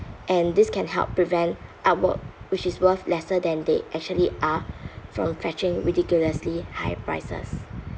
and this can help prevent artwork which is worth lesser than they actually are from fetching ridiculously high prices